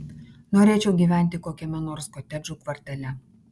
norėčiau gyventi kokiame nors kotedžų kvartale